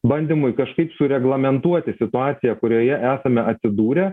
bandymui kažkaip sureglamentuoti situaciją kurioje esame atsidūrę